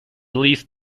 least